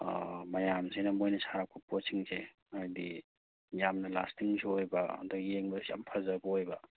ꯑꯥ ꯃꯌꯥꯝꯁꯤꯅ ꯃꯣꯏꯅ ꯁꯥꯔꯛꯄ ꯄꯣꯠꯁꯤꯡꯁꯦ ꯍꯥꯏꯗꯤ ꯌꯥꯝꯅ ꯂꯥꯁꯇꯤꯡꯁꯨ ꯑꯣꯏꯕ ꯑꯗꯒꯤ ꯌꯦꯡꯕꯗꯁꯨ ꯌꯥꯝ ꯐꯖꯕ ꯑꯣꯏꯕ